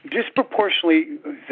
Disproportionately